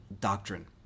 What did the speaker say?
Doctrine